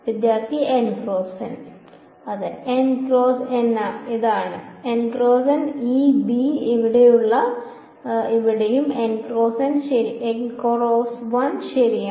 വിദ്യാർത്ഥി N cross ഇതാണ് ഈ ബി ഇവിടെയും ശരിയാണ്